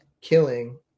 killing